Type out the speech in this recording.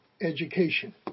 education